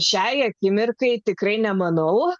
šiai akimirkai tikrai nemanau